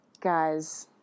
Guys